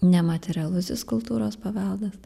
nematerialusis kultūros paveldas